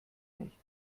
nicht